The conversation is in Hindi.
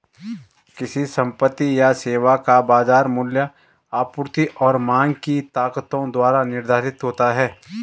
किसी संपत्ति या सेवा का बाजार मूल्य आपूर्ति और मांग की ताकतों द्वारा निर्धारित होता है